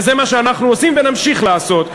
וזה מה שאנחנו עושים ונמשיך לעשות.